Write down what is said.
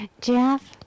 Jeff